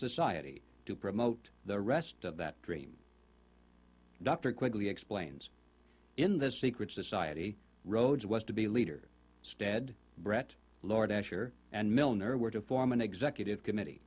society to promote the rest of that dream dr quigley explains in the secret society rhodes was to be leader stead brett lord ashur and milner were to form an executive committee